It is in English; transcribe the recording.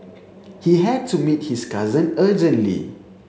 he had to meet his cousin urgently